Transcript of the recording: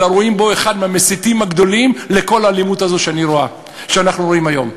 אלא רואים בו אחד המסיתים הגדולים לכל האלימות הזאת שאנחנו רואים היום.